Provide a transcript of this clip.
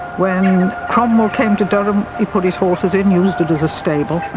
when and and cromwell came to durham, he put his horses in, used it as a stable,